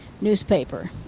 newspaper